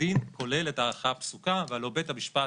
הדין כולל את ההערכה הפסוקה והלוא בית המשפט